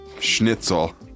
schnitzel